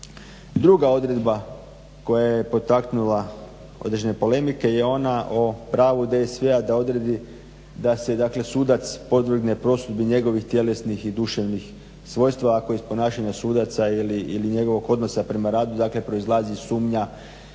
Druga odredba koja je potaknula određene polemike je ona o pravu DSV-a da odredi da se sudac podvrgne prosudbi njegovih tjelesnih i duševnih svojstava ako iz ponašanja sudaca ili njegovog odnosa prema radu dakle proizlazi sumnja